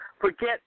Forget